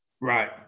Right